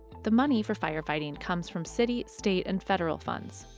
the money for firefighting comes from city, state and federal funds.